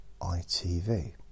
ITV